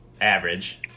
average